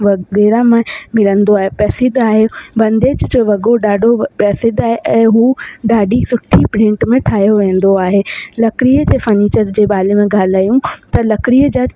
वग़ैरह मां मिलंदो आहे प्रसिध्द आहे बंदेज जो वॻो ॾाढो प्रसिध्द आहे ऐं उहो ॾाढी सुठी प्रिंट में ठाहियो वेंदो आहे लकड़ीअ जे फर्नीचर जे बारे में ॻाल्हायूं त लकड़ीअ जा